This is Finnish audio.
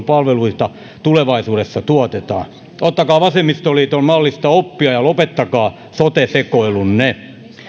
palveluita tulevaisuudessa tuotetaan ottakaa vasemmistoliiton mallista oppia ja lopettakaa sote sekoilunne